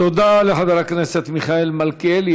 תודה לחבר הכנסת מיכאל מלכיאלי.